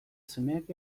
semeak